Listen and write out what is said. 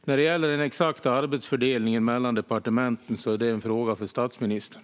När det gäller den exakta arbetsfördelningen mellan departementen är detta en fråga för statsministern.